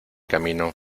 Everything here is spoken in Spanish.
camino